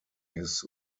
his